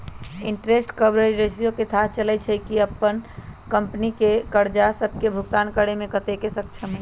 interest coverage ratio से थाह चललय छै कि कंपनी अप्पन करजा सभके भुगतान करेमें कतेक सक्षम हइ